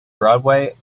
broadway